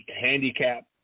handicap